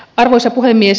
arvoisa puhemies